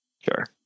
Sure